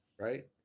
right